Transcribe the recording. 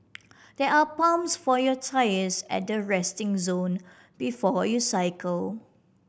there are pumps for your tyres at the resting zone before you cycle